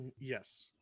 Yes